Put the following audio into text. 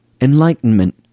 Enlightenment